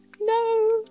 no